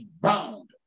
bound